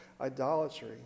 idolatry